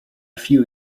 few